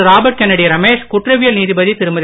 Robert Kennedy Ramesh குற்றவியல் நீதிபதி திருமதி